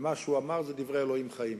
ומה שהוא אמר זה דברי אלוהים חיים.